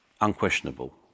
unquestionable